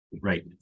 Right